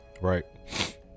right